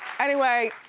anyway,